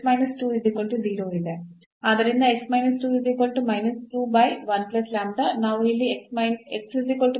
ನಾವು ಅಲ್ಲಿ ಅನ್ನು ಪಡೆಯಲು ಬಯಸಿದರೆ